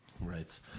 Right